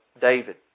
David